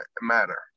matter